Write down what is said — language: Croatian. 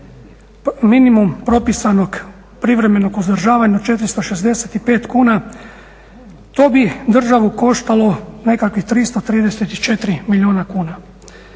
minimum propisanog privremenog uzdržavanja od 465 kuna to bi državu koštalo nekakvih 334 milijuna kuna.